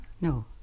No